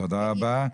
תודה רבה.